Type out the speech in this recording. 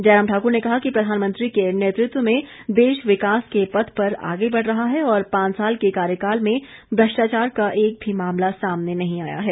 जयराम ठाकुर ने कहा कि प्रधानमंत्री के नेतृत्व में देश विकास के पथ पर आगे बढ़ रहा है और पांच साल के कार्यकाल में भ्रष्टाचार का एक भी मामला सामने नहीं आया है